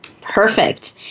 Perfect